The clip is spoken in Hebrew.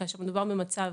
כאשר מדובר במצב